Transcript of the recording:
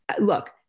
look